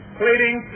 pleading